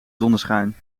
zonneschijn